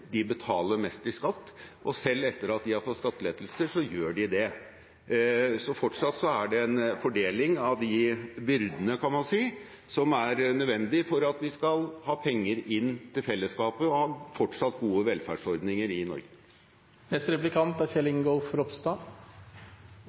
De som tjener mest, betaler mest i skatt. Selv etter at de har fått skattelettelser, gjør de det. Så fortsatt er det en fordeling av byrdene som er nødvendig for at vi skal få penger inn til felleskapet og fortsatt ha gode velferdsordninger i